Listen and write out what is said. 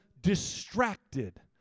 distracted